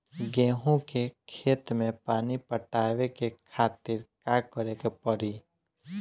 गेहूँ के खेत मे पानी पटावे के खातीर का करे के परी?